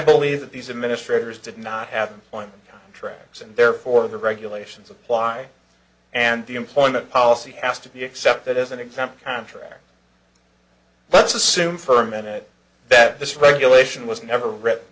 believe that these administrators did not have them on tracks and therefore the regulations apply and the employment policy has to be accepted as an exempt contract let's assume for a minute that this regulation was never